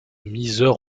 mysore